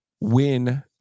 win